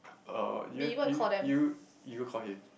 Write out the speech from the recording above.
uh you you you you go call him